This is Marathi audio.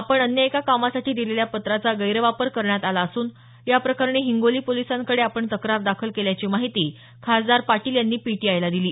आपण अन्य एका कामासाठी दिलेल्या पत्राचा गैरवापर करण्यात आला असून या प्रकरणी हिंगोली पोलिसांकडे आपण तक्रार दाखल केल्याची माहिती खासदार पाटील यांनी पीटीआयला दिली